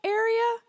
area